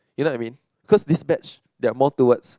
you know I mean cause this batch they are more towards